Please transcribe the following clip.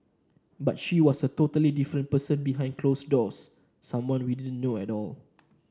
but she was a totally different person behind closed doors someone we didn't know at all